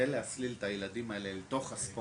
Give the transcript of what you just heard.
רבות על מנת להסליל את הילדים האלה אל תוך הספורט